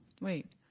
wait